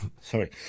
Sorry